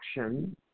action